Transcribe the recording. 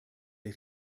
der